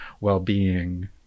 well-being